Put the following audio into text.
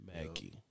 Mackie